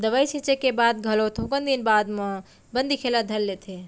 दवई छींचे के बाद घलो थोकन दिन बाद म बन दिखे ल धर लेथे